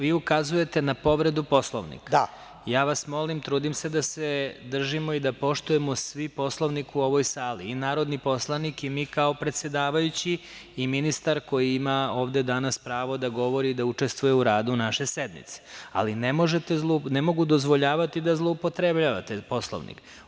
Vi ukazujete na povredu Poslovnika. (Miladin Ševarlić: Da.) Molim vas, trudim se da se držimo i da poštujemo svi Poslovnik u ovoj sali, i narodni poslanik i mi kao predsedavajući, i ministar koji ima ovde danas pravo da govori da učestvuje u radu naše sednice, ali ne mogu dozvoljavati da zloupotrebljavate Poslovnik.